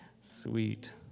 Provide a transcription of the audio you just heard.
Sweet